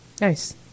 Nice